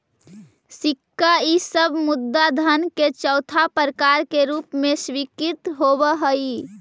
सिक्का इ सब मुद्रा धन के चौथा प्रकार के रूप में स्वीकृत होवऽ हई